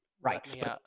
Right